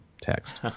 text